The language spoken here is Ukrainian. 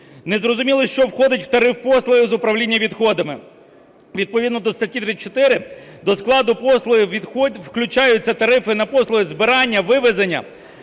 Незрозуміло, що входить у тариф послуг з управління відходами? Відповідно до статті 34, до складу послуг відходів включаються тарифи на послуги збирання, вивезення,